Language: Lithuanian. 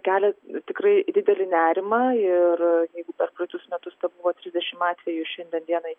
kelia tikrai didelį nerimą ir jeigu per praeitus metus tebuvo trisdešim atvejų šiandien dienai